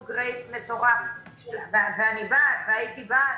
גרייס מטורף - ואני בעד והייתי בעד,